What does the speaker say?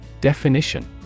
Definition